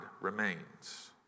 remains